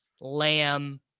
Lamb